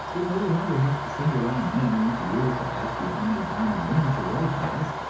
it no longer has to send around men once a year to ask you how many diamond rings your wife has,